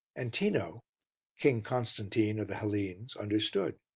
and tino king constantine of the hellenes understood.